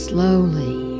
Slowly